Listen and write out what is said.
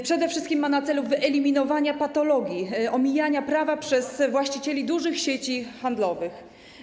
Przede wszystkim ma na celu wyeliminowanie patologii, omijania prawa przez właścicieli dużych sieci handlowych.